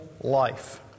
life